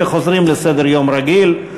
וחוזרים לסדר-יום רגיל,